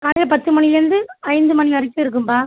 காலையில பத்து மணிலேர்ந்து ஐந்து மணி வரைக்கும் இருக்கும்ப்பா